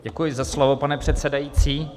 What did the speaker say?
Děkuji za slovo, pane předsedající.